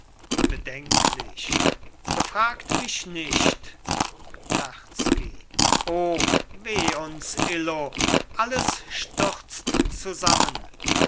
bedenklich befragt mich nicht terzky o weh uns illo alles stürzt zusammen